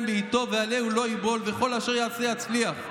בעתו ועלהו לא יבול וכל אשר יעשה יצליח.